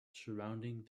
surrounding